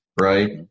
right